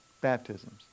baptisms